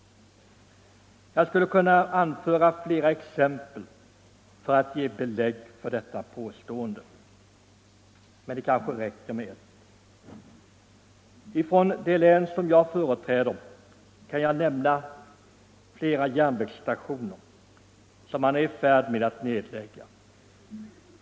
Jag skulle kunna anföra flera exempel som ger belägg för detta påstående, men det räcker kanske med ett. Från det län som jag företräder kan jag nämna flera järnvägsstationer som man nu är i färd med att nedlägga.